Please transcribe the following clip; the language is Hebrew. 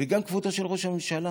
וגם כבודו של ראש הממשלה,